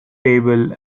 table